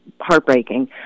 heartbreaking